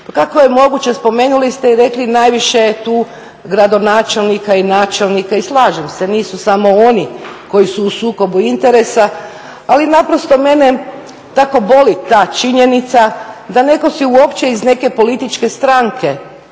kako je moguće, spomenuli ste i rekli najviše je tu gradonačelnika i načelnika, i slažem se. Nisu samo oni koji su u sukobu interesa, ali naprosto mene tako boli ta činjenica da netko si uopće iz neke političke stranke,